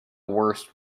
worst